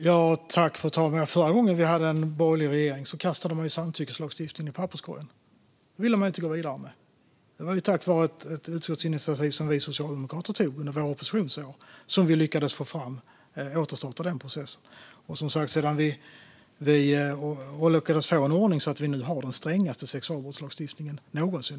Fru ålderspresident! Förra gången vi hade en borgerlig regering kastade man samtyckeslagstiftningen i papperskorgen. Den ville man inte gå vidare med. Det var tack vare ett utskottsinitiativ som vi socialdemokrater tog under våra oppositionsår som vi lyckades återstarta den processen och få en ordning så att vi nu har den strängaste sexualbrottslagstiftningen någonsin.